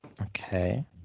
Okay